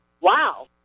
Wow